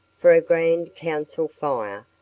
for a grand council fire,